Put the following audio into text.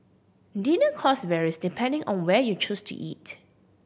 dinner cost varies depending on where you choose to eat